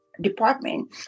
department